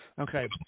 Okay